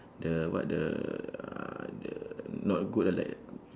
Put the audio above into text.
the what the uh the not good like